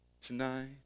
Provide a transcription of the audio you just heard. Tonight